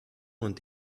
und